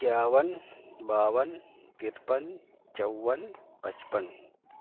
اکیاون باون ترپن چون پچپن